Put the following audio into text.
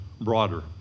broader